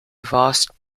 vast